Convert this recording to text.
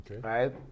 Right